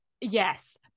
Yes